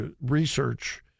research